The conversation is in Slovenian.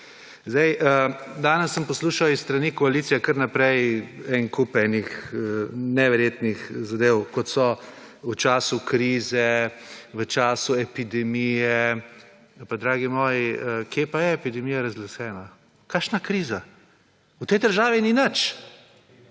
Danes sem poslušal s strani koalicije kar naprej en kup enih neverjetnih zadev kot so v času krize, v času epidemije… Pa dragi moji, kje pa je epidemija razglašena. Kakšna kriza? V tej državi ni nič,